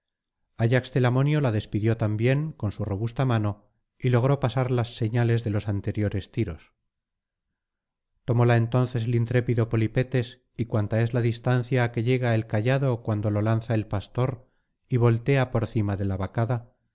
telamonio la despidió también con su robusta mano y logró pasar las señales de los anteriores tiros tomóla entonces el intrépido polipetes y cuanta es la distancia á que llega el cayado cuando lo lanza el pastor y voltea por cima de la vacada